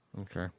Okay